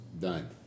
Done